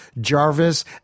Jarvis